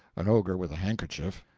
an ogre with a handkerchief.